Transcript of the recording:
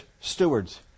stewards